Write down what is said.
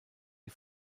die